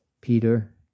Peter